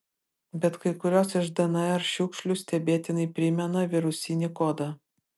bet kai kurios iš dnr šiukšlių stebėtinai primena virusinį kodą